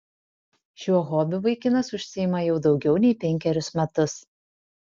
šiuo hobiu vaikinas užsiima jau daugiau nei penkerius metus